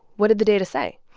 what did the data say?